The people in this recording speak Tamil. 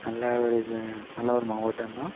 நல்ல ஒரு இது நல்ல இரு மாவட்டந்தான்